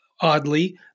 oddly